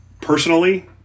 personally